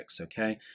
okay